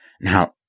Now